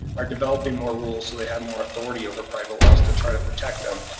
are developing more rules so they have more authority over private wells to try to protect them.